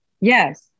Yes